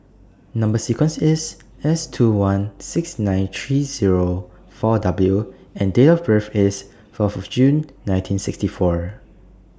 Number sequence IS S two one six nine three Zero four W and Date of birth IS Fourth June nineteen sixty four